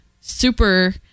super